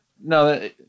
No